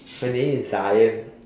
her name is Zion